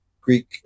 Greek